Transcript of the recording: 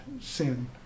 sin